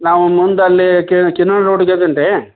ನಾವು ಮುಂದೆ ಅಲ್ಲಿ ಕಿನ್ನಾಳ್ ರೋಡ್ ರಿ